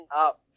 up